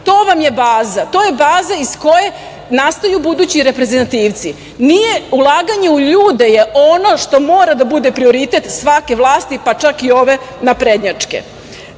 To vam je baza. To je baza iz koje nastaju budući reprezentativci. Ulaganje u ljude je ono što mora da bude prioritet svake vlasti, pa čak i ove naprednjačke. Ovo